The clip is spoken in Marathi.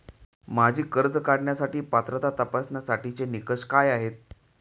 माझी कर्ज काढण्यासाठी पात्रता तपासण्यासाठीचे निकष काय आहेत?